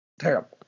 Terrible